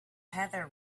heather